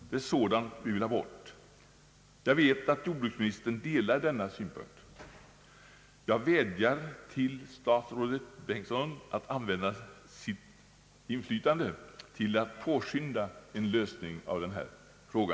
Det är sådant vi vill ha bort. Jag vet att jordbruksministern delar denna synpunkt. Jag vädjar till statsrådet Bengtsson att använda sitt inflytande till att påskynda en lösning av denna fråga.